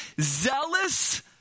zealous